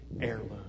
heirloom